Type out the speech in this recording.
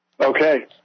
Okay